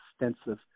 extensive